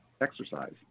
exercise